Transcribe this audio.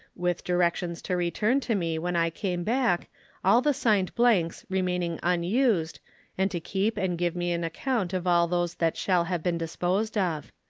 with directions to return to me when i came back all the signed blanks remaining unused and to keep and give me an account of all those that shall have been disposed of.